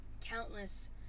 countless